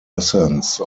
essence